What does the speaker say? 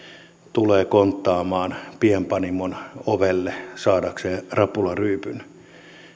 tulee konttaamaan pienpanimon ovelle saadakseen krapularyypyn